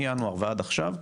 מינואר ועד עכשיו,